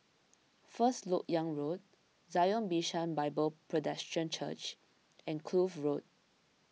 First Lok Yang Road Zion Bishan Bible Presbyterian Church and Kloof Road